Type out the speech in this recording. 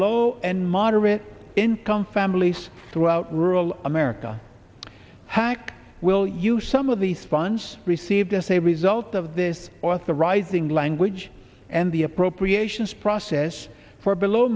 low and moderate income families throughout rural america hack will use some of these funds received as a result of this authorizing language and the appropriations process for below